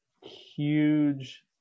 huge